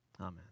Amen